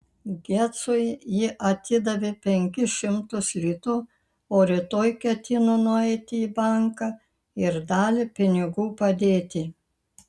gecui ji atidavė penkis šimtus litų o rytoj ketino nueiti į banką ir dalį pinigų padėti